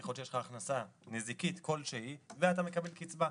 ככל שיש לך הכנסה נזיקית כלשהי ואתה מקבל קצבה.